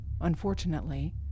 Unfortunately